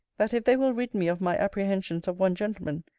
that if they will rid me of my apprehensions of one gentleman,